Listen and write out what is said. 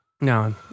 No